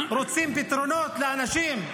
רוצים פתרונות לאנשים.